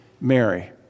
Mary